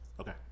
Okay